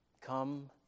come